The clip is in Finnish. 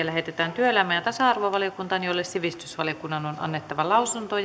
lähetetään työelämä ja tasa arvovaliokuntaan jolle sivistysvaliokunnan on annettava lausunto